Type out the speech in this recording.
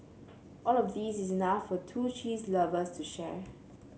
all of these is enough for two cheese lovers to share